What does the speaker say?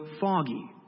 foggy